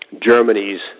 Germany's